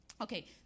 okay